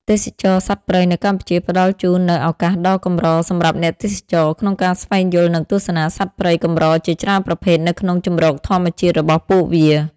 ទេសចរណ៍សត្វព្រៃនៅកម្ពុជាផ្តល់ជូននូវឱកាសដ៏កម្រសម្រាប់អ្នកទេសចរក្នុងការស្វែងយល់ និងទស្សនាសត្វព្រៃកម្រជាច្រើនប្រភេទនៅក្នុងជម្រកធម្មជាតិរបស់ពួកវា។